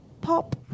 pop